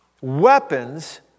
weapons